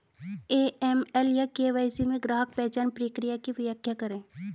AML या KYC में ग्राहक पहचान प्रक्रिया की व्याख्या करें?